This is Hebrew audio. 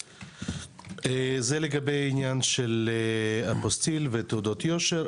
זה לגבי אפוסטיל ותעודות יושר.